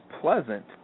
pleasant